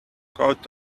coat